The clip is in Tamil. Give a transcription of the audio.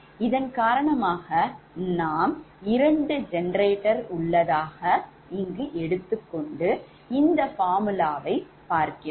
இதன் காரணமாக நான் இரண்டு ஜெனரேட்டர் உள்ளதாக எடுத்துக்கொண்டு இந்த ஃபார்முலாவை பார்க்கலாம்